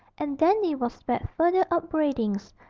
and dandy was spared further upbraidings,